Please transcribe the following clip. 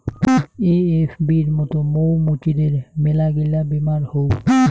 এ.এফ.বির মত মৌ মুচিদের মেলাগিলা বেমার হউ